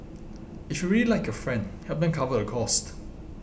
if you really like your friend help them cover the cost